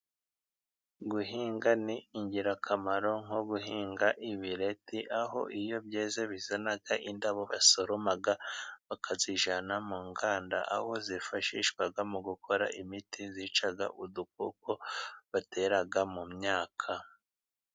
Guhinga ni ingirakamaro, nko guhinga ibireti ,aho iyo byeze bizana indabo basoroma bakazijyana mu nganda, aho zifashishwa mu gukora imiti yica udukoko batera mu myaka.